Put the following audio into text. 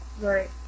Right